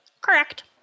Correct